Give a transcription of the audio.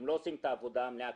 אתם לא עושים את העבודה המלאה,